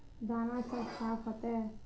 दाना सब साफ होते?